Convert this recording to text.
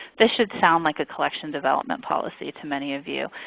this should sound like a collection development policy to many of you,